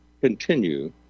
Continue